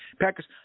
Packers